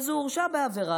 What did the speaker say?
אז הוא הורשע בעבירה?